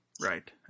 Right